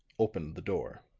opened the door.